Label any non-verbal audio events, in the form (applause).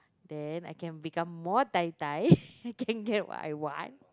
then I can become more tai-tai (laughs) I can get what I want